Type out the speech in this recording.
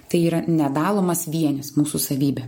tai yra nedalomas vienis mūsų savybė